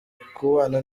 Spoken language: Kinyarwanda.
kubana